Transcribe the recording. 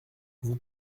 vous